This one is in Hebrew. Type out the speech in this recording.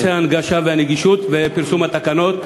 בנושא הנגשה ונגישות ופרסום התקנות.